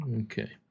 Okay